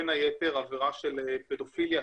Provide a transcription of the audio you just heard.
בין היתר עבירה של פדופיליה,